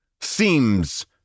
seems